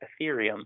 Ethereum